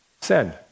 send